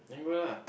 then go lah